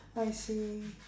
I see